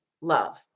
love